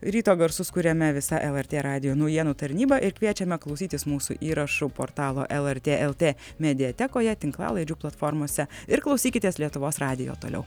ryto garsus kuriame visa lrt radijo naujienų tarnyba ir kviečiame klausytis mūsų įrašų portalo lrt lt mediatekoje tinklalaidžių platformose ir klausykitės lietuvos radijo toliau